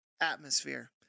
atmosphere